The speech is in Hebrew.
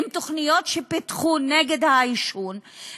עם תוכניות שפיתחו נגד העישון,